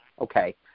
Okay